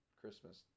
Christmas